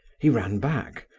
he ran back,